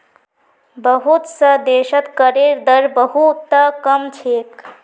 बहुत स देशत करेर दर बहु त कम छेक